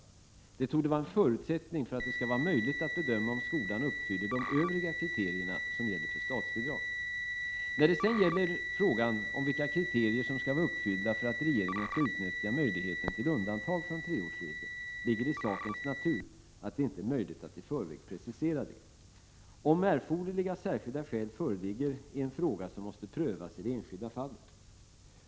Detta torde vara en förutsättning för att det skall vara möjligt att bedöma om skolan uppfyller de övriga kriterierna som gäller för statsbidrag. När det sedan gäller frågan om vilka kriterier som skall vara uppfyllda för att regeringen skall utnyttja möjligheten till undantag från treårsregeln, ligger det i sakens natur, att det inte är möjligt att i förväg precisera detta. Om erforderliga särskilda skäl föreligger är en fråga som måste prövas i det enskilda fallet.